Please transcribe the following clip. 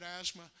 asthma